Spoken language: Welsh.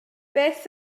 beth